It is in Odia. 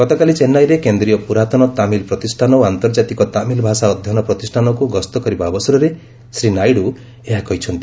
ଗତକାଲି ଚେନ୍ନାଇରେ କେନ୍ଦ୍ରୀୟ ପୁରାତନ ତାମିଲ ପ୍ରତିଷ୍ଠାନ ଓ ଆନ୍ତର୍ଜାତିକ ତାମିଲ ଭାଷା ଅଧ୍ୟୟନ ପ୍ରତିଷ୍ଠାନକୁ ଗସ୍ତ କରିବା ଅବସରରେ ଶ୍ରୀ ନାଇଡ଼ୁ ଏହା କହିଛନ୍ତି